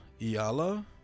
Iala